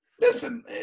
listen